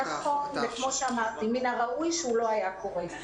כפי שאמרתי, מן הראוי שהאירוע הזה לא היה קורה.